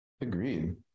Agreed